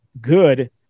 good